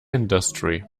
industry